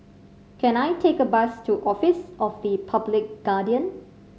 can I take a bus to Office of the Public Guardian